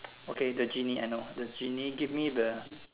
okay the gennie I know the gennie give me the